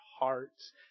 Hearts